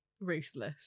ruthless